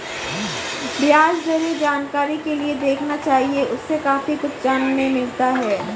ब्याज दरें जानकारी के लिए देखना चाहिए, उससे काफी कुछ जानने मिलता है